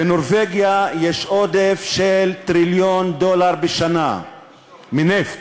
בנורבגיה יש עודף של טריליון דולר בשנה מנפט.